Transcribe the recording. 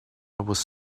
was